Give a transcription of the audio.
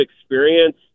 experience